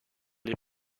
les